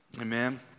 Amen